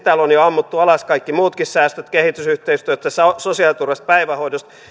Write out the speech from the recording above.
täällä on jo ammuttu alas kaikki muutkin säästöt kehitysyhteistyöstä sosiaaliturvasta päivähoidosta